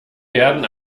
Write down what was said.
werden